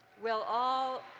will all.